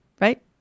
right